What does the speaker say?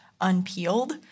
Unpeeled